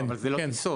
אבל זה לא טיסות.